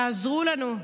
תעזרו לנו.